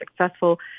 successful